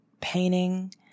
painting